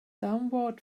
downward